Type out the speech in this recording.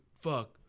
Fuck